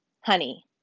honey